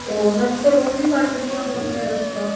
ਉਹਨਾਂ ਦਾ ਤਾਂ ਰੋਜ਼ ਹੀ ਕੱਟਦੀਆਂ ਹੋਣੀਆਂ ਰਸਤਾ